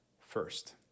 first